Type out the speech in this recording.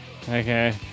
okay